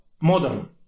modern